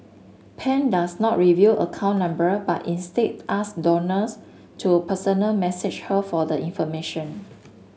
pan does not reveal account number but instead asks donors to personal message her for the information